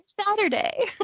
Saturday